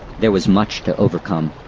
there was much to overcome.